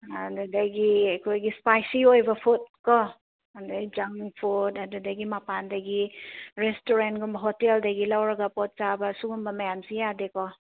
ꯑꯗꯨꯗꯒꯤ ꯑꯩꯈꯣꯏꯒꯤ ꯏꯁꯄꯥꯏꯁꯤ ꯑꯣꯏꯕ ꯐꯨꯗꯀꯣ ꯑꯗꯩ ꯖꯪ ꯐꯨꯠ ꯑꯗꯨꯗꯒꯤ ꯃꯄꯥꯟꯗꯒꯤ ꯔꯦꯁꯇꯨꯔꯦꯟꯒꯨꯝꯕ ꯍꯣꯇꯦꯜꯗꯒꯤ ꯂꯧꯔꯒ ꯄꯣꯠ ꯆꯥꯕ ꯁꯨꯒꯨꯝꯕ ꯃꯌꯥꯝꯁꯤ ꯌꯥꯗꯦꯀꯣ